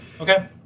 Okay